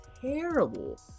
terrible